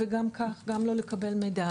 וכך גם לא לקבל מידע.